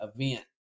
event